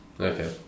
Okay